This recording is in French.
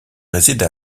réside